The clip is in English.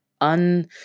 un